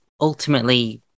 ultimately